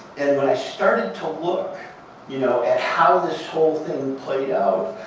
and when i started to look you know at how this whole thing played out,